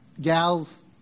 gals